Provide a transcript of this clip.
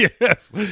Yes